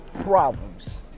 problems